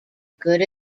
good